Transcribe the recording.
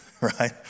right